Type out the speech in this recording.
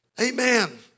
amen